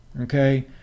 Okay